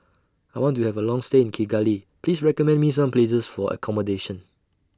I want to Have A Long stay in Kigali Please recommend Me Some Places For accommodation